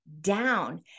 down